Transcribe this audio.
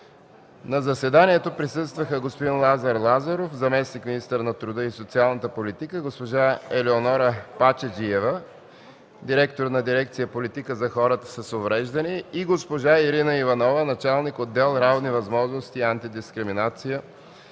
На заседанието присъстваха господин Лазар Лазаров – заместник-министър на труда и социалната политика, госпожа Елеонора Пачеджиева – директор на дирекция „Политика за хората с увреждания”, и госпожа Ирина Иванова – началник отдел „Равни възможности и антидискриминация”